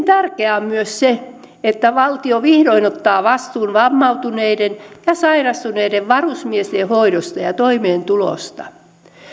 tärkeää on myös se että valtio vihdoin ottaa vastuun vammautuneiden ja sairastuneiden varusmiesten hoidosta ja toimeentulosta